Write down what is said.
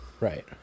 Right